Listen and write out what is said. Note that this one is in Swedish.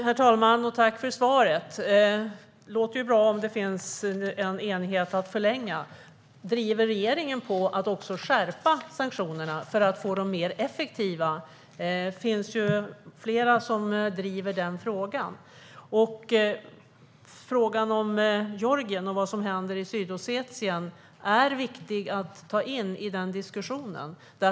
Herr talman! Tack för svaret! Det låter bra om det finns en enighet om att förlänga. Driver regeringen dessutom på för att också skärpa sanktionerna så att de blir mer effektiva? Flera andra driver ju denna fråga. Frågan om Georgien och vad som händer i Sydossetien är viktig att ha med i den diskussionen.